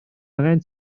angen